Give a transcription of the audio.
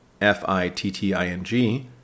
F-I-T-T-I-N-G